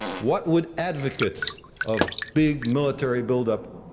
what would advocates of big military buildup